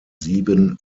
sieben